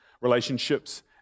relationships